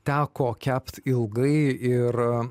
teko kept ilgai ir